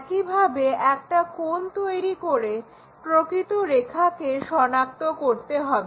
একইভাবে একটা কোণ তৈরি করে প্রকৃত রেখাকে শনাক্ত করতে হবে